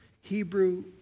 Hebrew